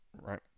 Right